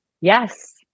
Yes